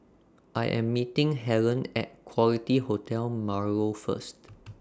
I Am meeting Hellen At Quality Hotel Marlow First